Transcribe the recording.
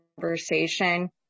conversation